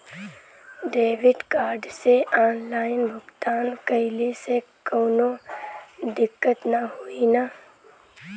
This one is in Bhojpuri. डेबिट कार्ड से ऑनलाइन भुगतान कइले से काउनो दिक्कत ना होई न?